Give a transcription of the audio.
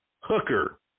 hooker